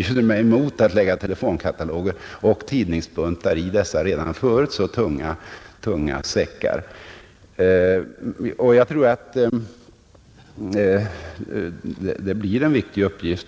Jag tror att det blir en viktig uppgift